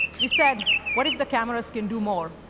we said, what if the cameras can do more?